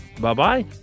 Bye-bye